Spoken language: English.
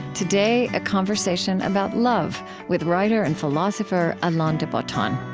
today, a conversation about love with writer and philosopher alain de botton